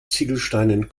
ziegelsteinen